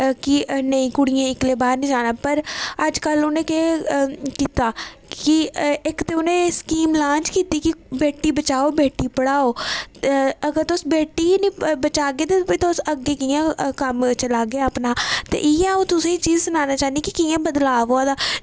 की नेईं कुड़ियें गी इक्कले बाहर निं जाना अज्जकल उनें केह् कीता इक्क ते उनें स्कीम लांच कीती की बेटी बचाओ बेटी पढ़ाओ अगर तुस बेटी गै निं बचागे ते कम्म कियां चलागे अपना इयै अंऊ तुसेंगी सनाना चाह्नीं की कियां बदलाव होआ दा